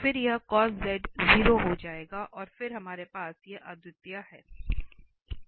फिर यह cos z 0 हो जाएगा और फिर हमारे पास ये अद्वितीयताएं हैं